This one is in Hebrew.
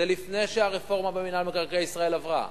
זה לפני שהרפורמה במינהל מקרקעי ישראל עברה,